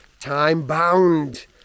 time-bound